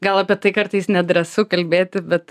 gal apie tai kartais nedrąsu kalbėti bet